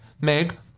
meg